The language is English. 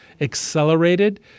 accelerated